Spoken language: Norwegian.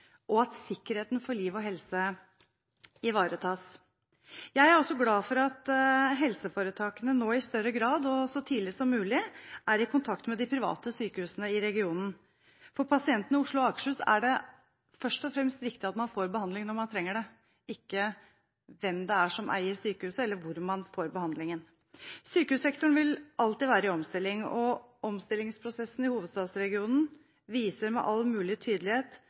og at sikkerheten for liv og helse ivaretas. Jeg er også glad for at helseforetakene nå i større grad og så tidlig som mulig er i kontakt med de private sykehusene i regionen. For pasientene i Oslo og Akershus er det først og fremst viktig at man får behandling når man trenger det – ikke hvem som eier sykehuset eller hvor man får behandlingen. Sykehussektoren vil alltid være i omstilling, og omstillingsprosessen i hovedstadsregionen viser med all mulig tydelighet